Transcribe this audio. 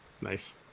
Nice